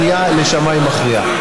אפשרות הפנייה לשמאי מכריע.